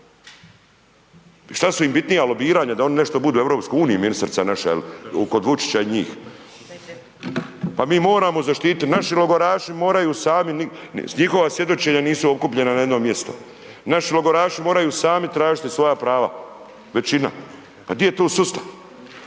šta su im bitnija lobiranja, da oni nešto budu u EU, ministrica naša, kod Vučića i njih? Pa mi moramo zaštiti, naši logoraši moraju sami, njihova svjedočenja nisu okupljena na jedno mjesto. Naši logoraši moraju sami tražiti svoja prava. Većina. Pa di je tu sustav?